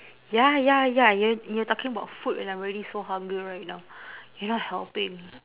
ya ya ya you're you're talking about food and I'm already so hungry right now you're not helping